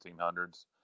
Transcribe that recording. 1800s